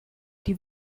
die